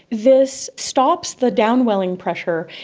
this stops the down-welling pressure,